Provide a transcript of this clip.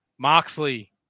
Moxley